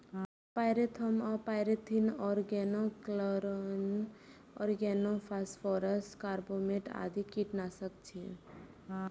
pyrethrum आ pyrethrin, organochlorine, organophosphorus, carbamate आदि कीटनाशक छियै